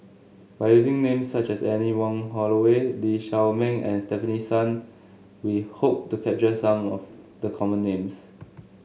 by using names such as Anne Wong Holloway Lee Shao Meng and Stefanie Sun we hope to capture some of the common names